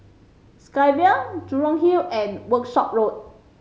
Sky Vue Jurong Hill and Workshop Road